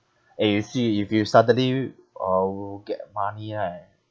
eh you see if you suddenly uh get money right